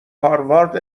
هاروارد